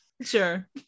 sure